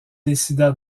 décida